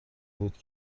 بود